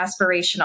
aspirational